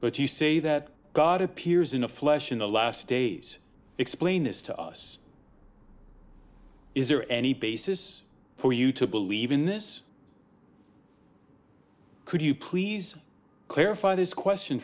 but you say that god appears in the flesh in the last days explain this to us is there any basis for you to believe in this could you please clarify this question